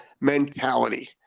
mentality